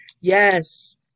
Yes